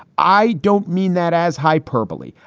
i don't mean that as hyperbole.